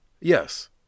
Yes